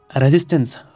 Resistance